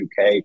UK